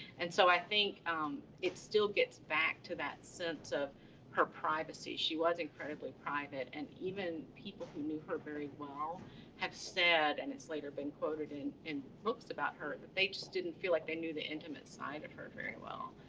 and so i think it still gets back to that sense of her privacy. she was incredibly private, and even people who knew her very well have said, and it's later been quoted in in books about her, that they just didn't feel like they knew the intimate side of her very well.